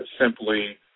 simply